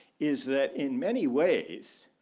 is that in many ways,